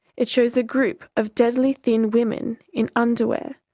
it shows a group of deadly thin women in underwear,